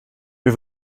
wir